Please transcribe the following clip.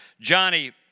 Johnny